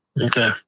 Okay